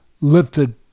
lifted